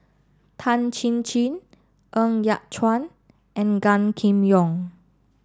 Tan Chin Chin Ng Yat Chuan and Gan Kim Yong